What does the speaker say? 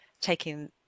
taking